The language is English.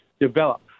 develop